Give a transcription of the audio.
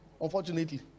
unfortunately